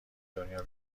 دنیا